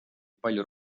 palju